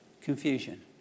confusion